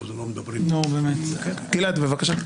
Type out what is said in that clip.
בבקשה.